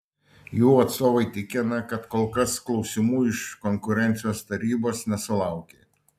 jų atstovai tikina kad kol kas klausimų iš konkurencijos tarybos nesulaukė